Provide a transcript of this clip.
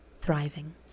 thriving